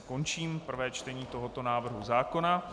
Končím prvé čtení tohoto návrhu zákona.